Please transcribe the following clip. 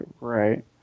Right